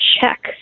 check